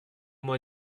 moi